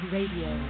Radio